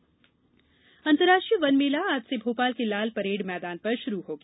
वनमेला अंतरराष्ट्रीय वन मेला आज से भोपाल के लाल परेड मैदान पर शुरू हो गया